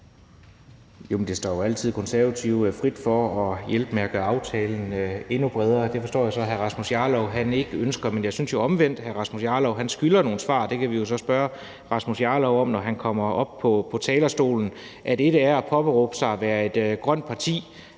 Det står jo altid Konservative frit for at hjælpe med at gøre aftalen endnu bredere. Det forstår jeg så hr. Rasmus Jarlov ikke ønsker, men jeg synes jo omvendt, at hr. Rasmus Jarlov skylder nogle svar. Det kan vi jo så spørge hr. Rasmus Jarlov om, når han kommer op på talerstolen, for et er at påberåbe sig at være et grønt parti,